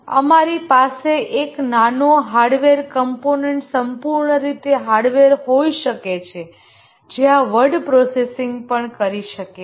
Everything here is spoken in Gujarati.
અમારી પાસે એક નાનો હાર્ડવેર કમ્પોનન્ટ સંપૂર્ણ રીતે હાર્ડવેર હોઈ શકે છે જે આ વર્ડ પ્રોસેસિંગ પણ કરી શકે છે